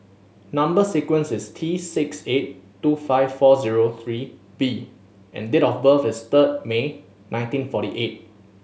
number sequence is T six eight two five four zero three B and date of birth is third May nineteen forty eight